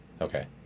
Okay